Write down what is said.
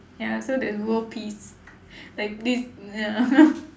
ya so there's world peace like this ya